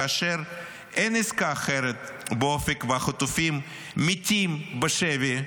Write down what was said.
כאשר אין עסקה אחרת באופק והחטופים מתים בשבי,